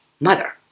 mother